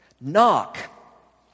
Knock